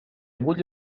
bulli